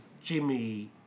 Jimmy